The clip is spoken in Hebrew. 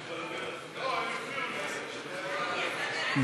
תקציבי 08,